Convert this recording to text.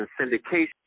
syndication